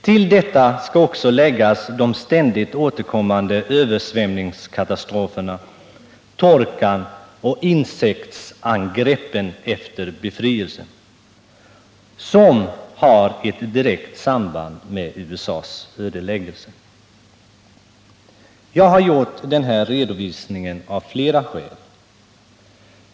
Till detta skall också läggas de ständigt återkommande översvämningskatastroferna samt efter befrielsen torkan och insektsangreppen, som har ett direkt samband med USA:s ödeläggelse av landet. Jag har gjort den här redovisningen av flera skäl.